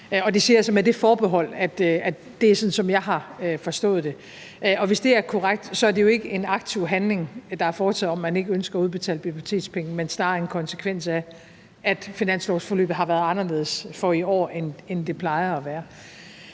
Det siger jeg så med det forbehold, at det er sådan, som jeg har forstået det, og hvis det er korrekt, er det jo ikke en aktiv handling, der er foretaget, og som handler om, at man ikke ønsker at udbetale bibliotekspenge, men snarere en konsekvens af, at finanslovsforløbet har været anderledes i år, end det plejer at være.